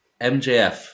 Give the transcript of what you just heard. MJF